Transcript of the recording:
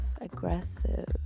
aggressive